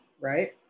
right